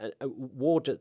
War